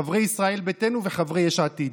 חברי ישראל ביתנו וחברי יש עתיד.